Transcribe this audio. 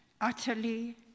utterly